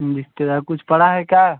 रिश्तेदार कुछ पड़ा है क्या